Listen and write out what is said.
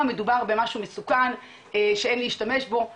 מדובר במשהו מסוכן שאין להשתמש בו וכולי.